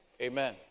Amen